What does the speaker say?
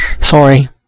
Sorry